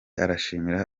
arashimira